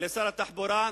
לשר התחבורה: